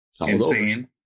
insane